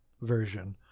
version